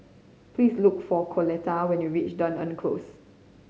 please look for Coletta when you reach Dunearn Close